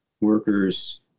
workers